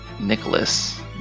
Nicholas